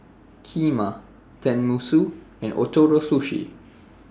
Kheema Tenmusu and Ootoro Sushi